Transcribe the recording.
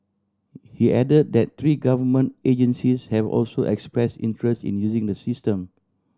he add that three government agencies have also express interest in using the system